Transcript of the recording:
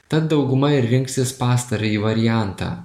tad dauguma rinksis pastarąjį variantą